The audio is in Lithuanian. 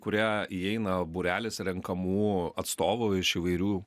kurią įeina būrelis renkamų atstovų iš įvairių